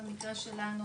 במקרה שלנו,